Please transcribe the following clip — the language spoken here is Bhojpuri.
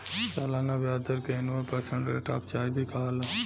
सलाना ब्याज दर के annual percent rate of charge भी कहाला